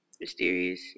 mysterious